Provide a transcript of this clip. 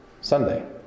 Sunday